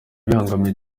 bibangamiye